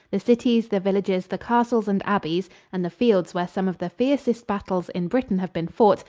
the cities, the villages, the castles and abbeys, and the fields where some of the fiercest battles in britain have been fought,